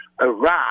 Iraq